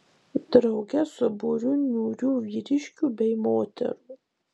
drauge su būriu niūrių vyriškių bei moterų